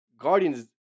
Guardians